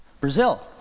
Brazil